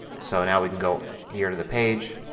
so now we can go here to the page,